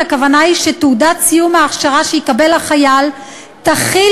הכוונה היא שתעודת סיום ההכשרה שיקבל החייל תכיל